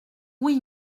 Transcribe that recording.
oui